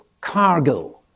cargo